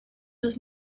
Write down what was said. dos